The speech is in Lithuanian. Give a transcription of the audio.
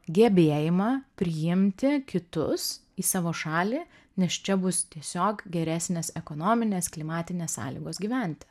gebėjimą priimti kitus į savo šalį nes čia bus tiesiog geresnės ekonominės klimatinės sąlygos gyventi